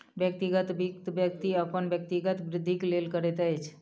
व्यक्तिगत वित्त, व्यक्ति अपन व्यक्तिगत वृद्धिक लेल करैत अछि